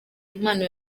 impano